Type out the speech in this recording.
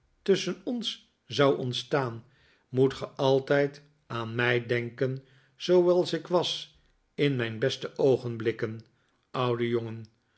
tusschen ons zou ontstaan moet ge altijd aan mij denken zooals ik was in mijn beste oogenblikken oude jongen